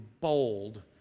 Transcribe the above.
bold